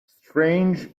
strange